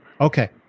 Okay